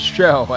show